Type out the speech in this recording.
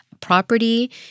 property